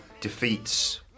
defeats